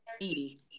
Edie